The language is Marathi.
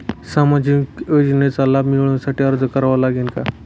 सामाजिक योजनांचा लाभ मिळविण्यासाठी अर्ज करावा लागेल का?